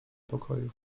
pokoju